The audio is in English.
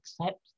accept